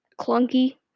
clunky